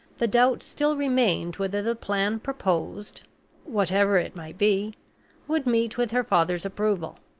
the doubt still remained whether the plan proposed whatever it might be would meet with her father's approval.